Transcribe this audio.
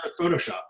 Photoshop